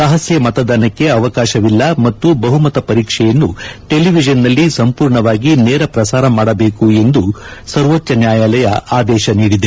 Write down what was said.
ರಹಸ್ಯ ಮತದಾನಕ್ಕೆ ಅವಕಾಶವಿಲ್ಲ ಮತ್ತು ಬಹುಮತ ಪರೀಕ್ಷೆಯನ್ನು ಚೆಲಿವಿಷನ್ನಲ್ಲಿ ಸಂಪೂರ್ಣವಾಗಿ ನೇರ ಪ್ರಸಾರ ಮಾಡಬೇಕು ಎಂದೂ ಸಹ ಸರ್ವೋಚ್ಚ ನ್ಯಾಯಾಲಯ ಆದೇಶ ನೀಡಿದೆ